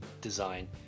design